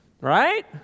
Right